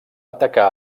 atacar